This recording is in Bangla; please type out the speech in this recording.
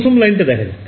প্রথম লাইনটা দেখা যাক